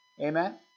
Amen